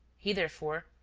he, therefore,